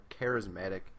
charismatic